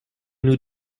nous